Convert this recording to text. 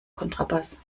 kontrabass